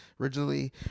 originally